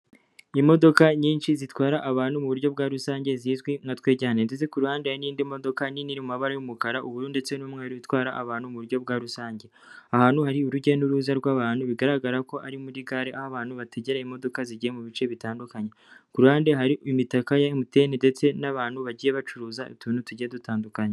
Ni imodoka nyinshi zitwara abantu mu buryo bwa rusange zizwi nka twegerane ndetse ku ruhande hari n'indi modoka nini iri mu mabara y'umukara ubururu ndetse n'umweru itwara abantu mu buryo bwa rusange aha hantu hari urujya n'uruza rw'abantu bigaragara ko ari muri gare aho abantu bategera imodoka zigiye mu bice bitandukanye ku ruhande hari imitaka ya Emutiyeni ndetse n'abantu bagiye bacuruza utuntu tugiye dutandukanye.